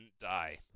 die